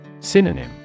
Synonym